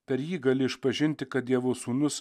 per jį gali išpažinti kad dievo sūnus